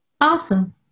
Awesome